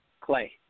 clay